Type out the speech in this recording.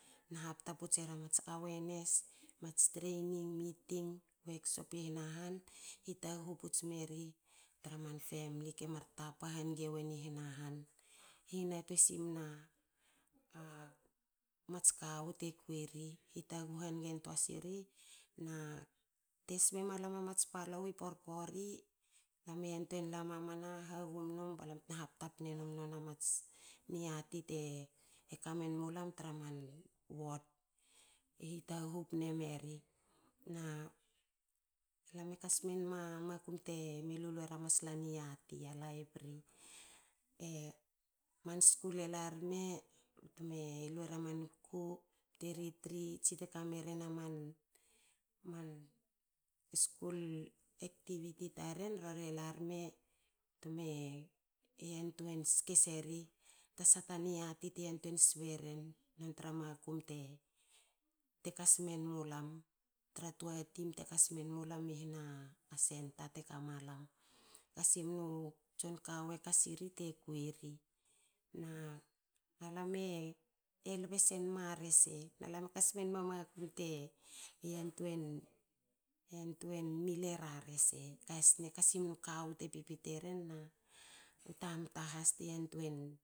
Na hapta puts era mats awareness. mats training. meeting. workshop i hna han hitaghu puts meri tra man famli kemar tapa hange wen i hna han. Hihnutuein simna a mats kawu te kui ri. hitaghu hangentua siri na te sbe malam amats palou i porpori. alam e yantuein la mamana hagum num balam tena hapta pnenum nona mats niati te kamenmu lam tra man wod. E hitaghu pne meri na alam e kas menma makum te me lulu era masla niati, a library e aman skul a larme bte me luerra man skul activity taren rore larme bte me yantuein ske reri ta sha a niati te yantuein sbe ren tra makum te kas men mulam tra tua tim te kas men mula i hna a centre teka malam kasimnu tson kawu kasiri te kui ri na alam lbe sen ma rese na lam e kasmenma makum te yanteuin mill era rese. Kasimnu kawu te pipite ren na u tamta has te yantuein